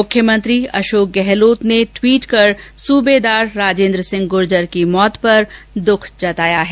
मुख्यमंत्री अशोक गहलोत ने ट्वीट कर सूवेदार राजेन्द्र सिंह गुर्जर की मौत पर दुःख जताया है